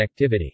connectivity